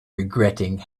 regretting